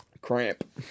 Cramp